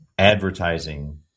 advertising